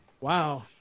wow